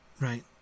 right